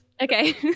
Okay